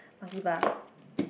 monkey bar